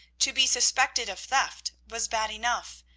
to be suspected of theft was bad enough,